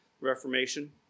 Reformation